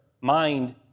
mind